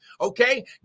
Okay